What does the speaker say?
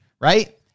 right